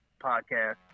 podcast